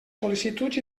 sol·licituds